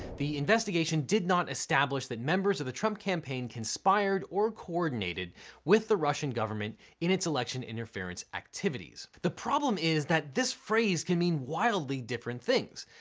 the investigation did not establish that members of the trump campaign conspired or coordinated with the russian government in its election interference activities. the problem is that this phrase can mean wildly different things.